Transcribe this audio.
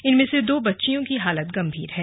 इनमें से दो बच्चियों की हालत गंभीर है